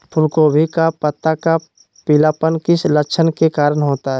फूलगोभी का पत्ता का पीलापन किस लक्षण के कारण होता है?